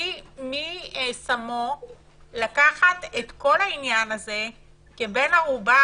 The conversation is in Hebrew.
מי שמו לקחת את כל העניין הזה כבן ערובה?